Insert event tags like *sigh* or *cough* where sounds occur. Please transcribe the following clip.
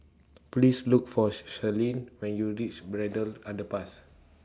Please Look For She Selene when YOU REACH *noise* Braddell Underpass